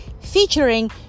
featuring